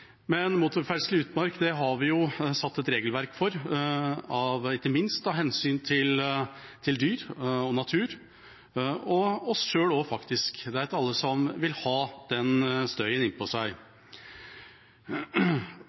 Men motorferdsel i utmark har vi jo satt et regelverk for, ikke minst av hensyn til dyr og natur, og faktisk også oss selv. Det er ikke alle som vil ha den støyen innpå seg.